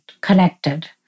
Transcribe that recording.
connected